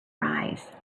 arise